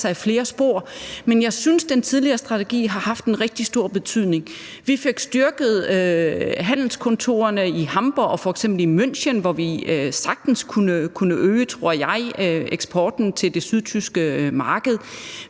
sig flere spor, men jeg synes, at den tidligere strategi har haft en rigtig stor betydning. Vi fik styrket handelskontorerne i Hamborg og også München, og jeg tror sagtens, vi kunne øge eksporten til det sydtyske marked.